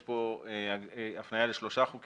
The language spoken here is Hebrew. יש פה הפנייה לשלושה חוקים,